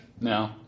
No